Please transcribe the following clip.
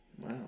Wow